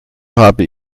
habe